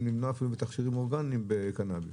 למנוע אפילו בתכשירים אורגנים בקנביס.